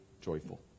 joyful